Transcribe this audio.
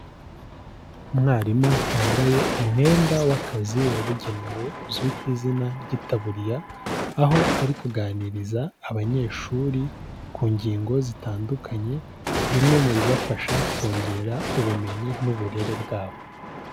Umwarimu wambaye umwenda w'akazi wabugenewe uzwi ku izina ry'itaburiya, aho ari kuganiriza abanyeshuri ku ngingo zitandukanye, bimwe mu bibafasha kongera ubumenyi n'uburere bwabo.